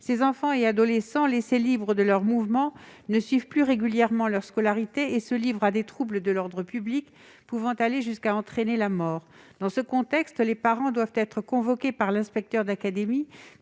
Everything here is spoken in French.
Ces enfants et adolescents laissés libres de leurs mouvements ne suivent plus régulièrement leur scolarité et se livrent à des troubles à l'ordre public pouvant aller jusqu'à entraîner la mort. Dans ce contexte, les parents doivent être convoqués par l'inspecteur d'académie,